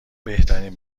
بهترین